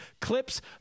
clips